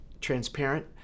transparent